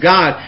God